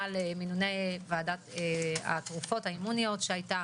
למינוני ועדת התרופות האמוניות שהיתה